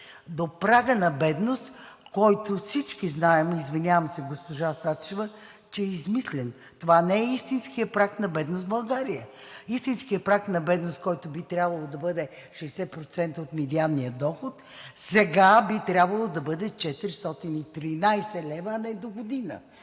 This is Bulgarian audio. до прага на бедност, който, всички знаем, извинявам се, госпожо Сачева, че е измислен. Това не е истинският праг на бедност в България. Истинският праг на бедност, който би трябвало да бъде 60% от медианния доход, сега би трябвало да бъде 413 лв., а не догодина,